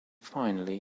finely